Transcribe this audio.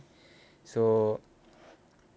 so